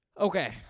Okay